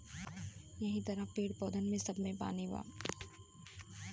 यहि तरह पेड़, पउधन सब मे पानी बा